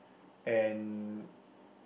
and